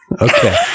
Okay